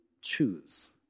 choose